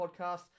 podcast